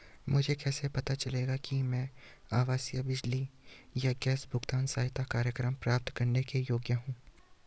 मुझे कैसे पता चलेगा कि मैं आवासीय बिजली या गैस भुगतान सहायता कार्यक्रम प्राप्त करने के योग्य हूँ?